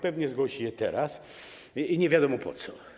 Pewnie zgłosi je teraz, nie wiadomo po co.